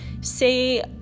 say